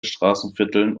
straßenvierteln